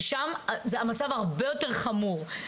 ששם המצב הרבה יותר חמור.